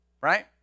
Right